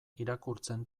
irakurtzen